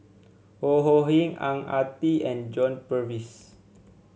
Ho Ho Ying Ang Ah Tee and John Purvis